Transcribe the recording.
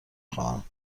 خواهم